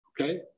okay